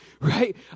right